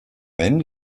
ende